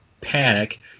panic